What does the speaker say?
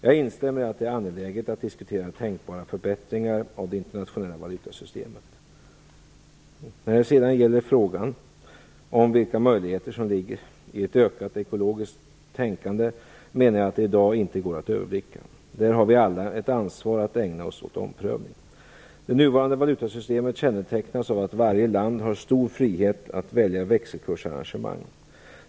Jag instämmer i att det är angeläget att diskutera tänkbara förbättringar av det internationella valutasytemet. När det sedan gäller frågan om vilka möjligheter som ligger i ett ökat ekologiskt tänkande menar jag att det i dag inte går att överblicka. Där har vi alla ett ansvar att ägna oss åt omprövning. Det nuvarande valutasystemet kännetecknas av att varje land har stor frihet att välja växelkursarrangemang.